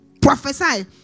prophesy